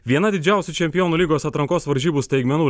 viena didžiausių čempionų lygos atrankos varžybų staigmenų